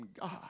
God